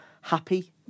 happy